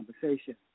conversation